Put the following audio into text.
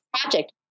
project